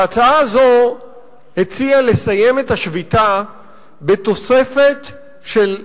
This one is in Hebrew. ההצעה הזאת הציעה לסיים את השביתה בתוספת של,